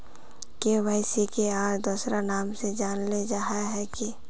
KYC के आर दोसरा नाम से जानले जाहा है की?